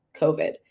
COVID